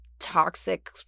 toxic